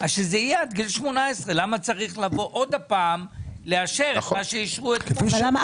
אז שזה יהיה עד גיל 18. למה צריך לבוא עוד פעם לאשר את מה שאישרו אתמול?